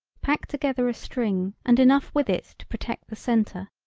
pack together a string and enough with it to protect the centre,